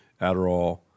Adderall